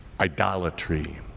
idolatry